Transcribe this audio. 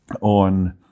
on